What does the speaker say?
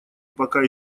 пока